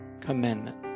commandment